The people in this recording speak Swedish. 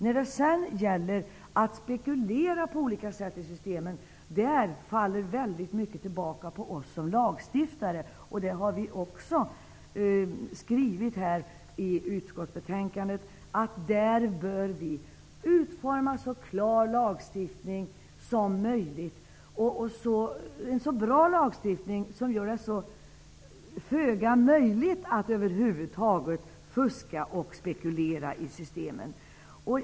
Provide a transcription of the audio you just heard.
När det sedan gäller att på olika sätt spekulera i de olika systemen, faller mycket tillbaka på oss som lagstiftare. I utskottsbetänkandet har vi också skrivit att en så klar och bra lagstiftning som möjligt bör utformas, som gör det föga möjligt att över huvud taget fuska och spekulera i systemen.